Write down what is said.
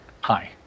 Hi